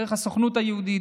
דרך הסוכנות היהודית,